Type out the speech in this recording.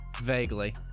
Vaguely